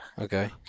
Okay